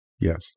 Yes